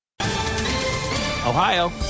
Ohio